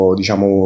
diciamo